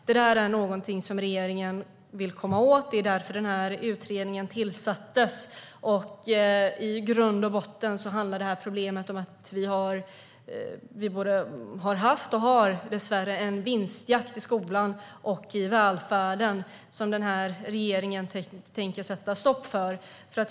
Detta vill regeringen komma åt, och därför tillsattes en utredning. I grund och botten handlar detta problem om att vi har haft och har en vinstjakt i skola och övrig välfärd. Det vill regeringen sätta stopp för.